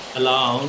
allow